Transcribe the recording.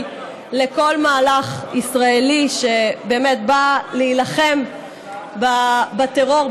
לכל מהלך ישראלי שבאמת בא להילחם בטרור,